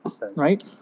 Right